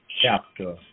chapter